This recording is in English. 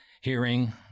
hearing